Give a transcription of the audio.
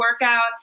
workout